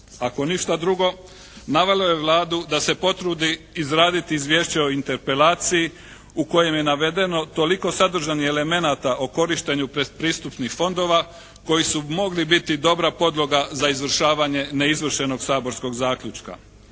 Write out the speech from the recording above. Ako ništa drugo navelo je Vladu da se potrudi izraditi izvješće o interpelaciji u kojem je navedeno toliko sadržajnih elemenata o korištenju predpristpnih fondova koji su mogli biti dobra podloga za izvršavanje neizvršenog saborskog zaključka.